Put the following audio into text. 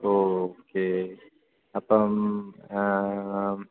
ഓഹ് okay അപ്പം മ്മ് ആഹ്ഹ്